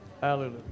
Hallelujah